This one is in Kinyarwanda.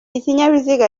ikinyabiziga